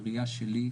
בראייה שלי,